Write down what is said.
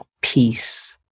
peace